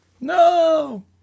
No